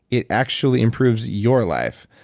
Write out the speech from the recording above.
it actually improves your life.